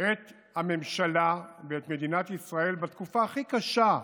את הממשלה ואת מדינת ישראל בתקופה הכי קשה,